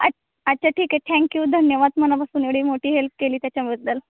अच्छ अच्छा ठीक आहे थँक्यू धन्यवाद मनापासून एवढी मोठी हेल्प केली त्याच्याबद्दल